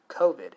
COVID